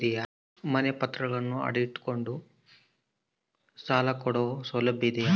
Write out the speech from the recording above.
ಮನೆ ಪತ್ರಗಳನ್ನು ಅಡ ಇಟ್ಟು ಕೊಂಡು ಸಾಲ ಕೊಡೋ ಸೌಲಭ್ಯ ಇದಿಯಾ?